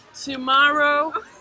tomorrow